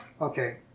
Okay